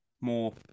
more